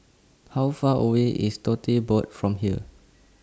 How Far away IS Tote Board from here